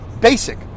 basic